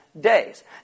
days